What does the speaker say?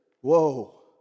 whoa